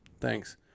Thanks